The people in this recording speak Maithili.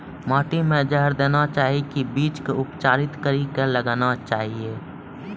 माटी मे जहर देना चाहिए की बीज के उपचारित कड़ी के लगाना चाहिए?